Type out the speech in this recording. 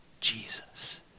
Jesus